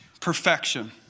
Perfection